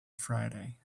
friday